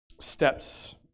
steps